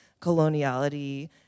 coloniality